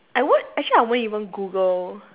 I won't actually I won't even google